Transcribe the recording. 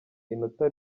inota